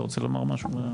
אתה רוצה לומר משהו?